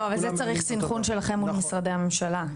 אז כאן צריך סנכרון בין משרדי ממשלה.